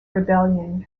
rebellion